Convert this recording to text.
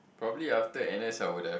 probably after N_S I would have